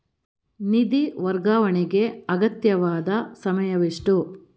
ನಿಧಿ ವರ್ಗಾವಣೆಗೆ ಅಗತ್ಯವಾದ ಸಮಯವೆಷ್ಟು?